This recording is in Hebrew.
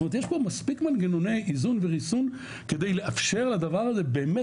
זאת אומרת יש פה מספיק מנגנוני איזון וריסון כדי לאפשר לדבר הזה באמת